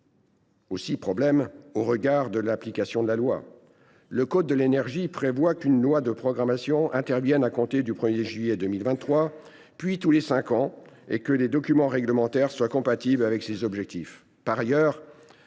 aussi problème au regard de l’application de la loi. Le code de l’énergie prévoit qu’une loi de programmation doive intervenir à compter du 1 juillet 2023, puis tous les cinq ans, et que les documents réglementaires soient compatibles avec ses objectifs.